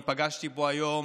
אני פגשתי פה היום